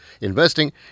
investing